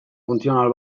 funtzional